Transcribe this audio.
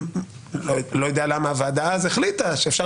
אני לא יודע למה הוועדה אז החליטה שאפשר